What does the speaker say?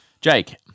Jake